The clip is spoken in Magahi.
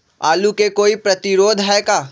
आलू के कोई प्रतिरोधी है का?